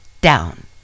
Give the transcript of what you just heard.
down